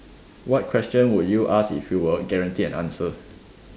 what question would you ask if you were guaranteed an answer